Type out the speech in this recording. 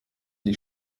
die